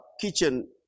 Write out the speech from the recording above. kitchen